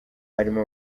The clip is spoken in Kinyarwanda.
harimo